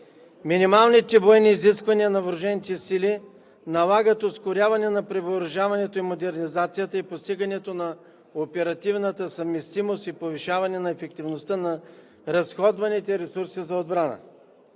Минималните военни изисквания на въоръжените сили налагат ускоряване на превъоръжаването и модернизацията, постигането на оперативната съвместимост и повишаване на ефективността на разходваните ресурси за отбрана.